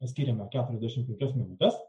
mes skiriame keturiasdešimt penkias minutes